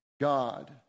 God